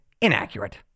inaccurate